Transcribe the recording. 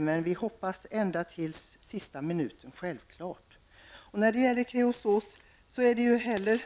Men vi hoppas naturligtvis ända till sista minuten att den skall segra. Man skall naturligtvis inte låta bli att tala om